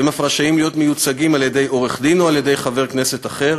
והם אף רשאים להיות מיוצגים על-ידי עורך-דין או על-ידי חבר כנסת אחר.